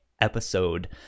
episode